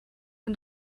and